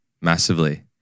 massively